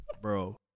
Bro